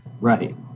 right